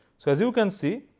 so as you can see,